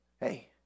Hey